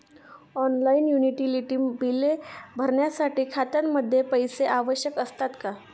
Online utility बिले भरण्यासाठी खात्यामध्ये पैसे आवश्यक असतात का?